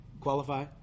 qualify